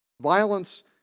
Violence